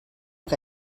que